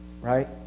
right